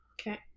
Okay